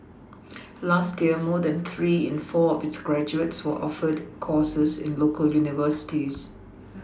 last year more than three in four of its graduates were offered courses in local universities